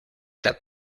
that